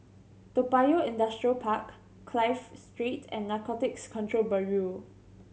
Toa Payoh Industrial Park Clive Street and Narcotics Control Bureau